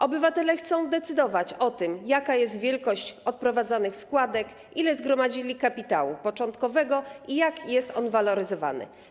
Obywatele chcą decydować o tym, jaka jest wielkość odprowadzanych składek, ile zgromadzili kapitału początkowego i jak jest on waloryzowany.